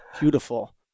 beautiful